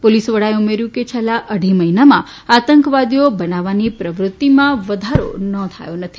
police વડાએ ઉમેર્યુ કે છેલ્લા અઢી મહિનામાં આતંકવાદીઓ બનાવવાની પ્રવૃતિમાં વધારો નોંધાયો નથી